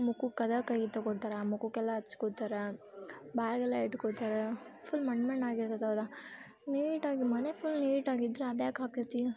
ಮುಖಕ್ಕೆ ಅದೇ ಕೈ ತೊಗೊಳ್ತಾರೆ ಮುಳಕ್ಕೆಲ್ಲ ಹಚ್ಕೋತಾರ ಬಾಯಾಗೆಲ್ಲ ಇಟ್ಕೋತಾರೆ ಫುಲ್ ಮಣ್ಣು ಮಣ್ಣಾಗಿರ್ತದ್ ಹೌದಾ ನೀಟಾಗೂ ಮನೆ ಫುಲ್ ನೀಟಾಗಿದ್ರೆ ಅದ್ಯಾಕೆ ಆಕೈತಿ